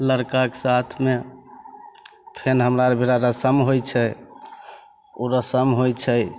लड़काके साथमे फेर हमरा आरके रसम होइ छै ओ रसम होइ छै